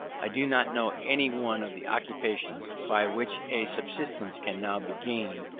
i do not know any one of the occupations by which a subsistence can now be gained,